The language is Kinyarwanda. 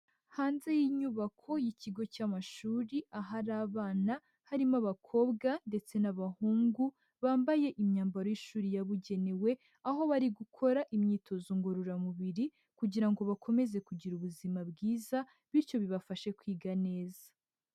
Hanze y'inyubako y'ikigo cy'amashuri ahari abana harimo abakobwa ndetse n'abahungu bambaye imyambaro y'ishuri yabugenewe, aho bari gukora imyitozo ngororamubiri kugira ngo bakomeze kugira ubuzima bwiza bityo bibafashe kwiga neza.